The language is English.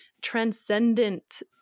transcendent